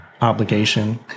obligation